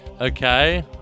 Okay